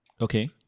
Okay